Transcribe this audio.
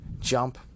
jump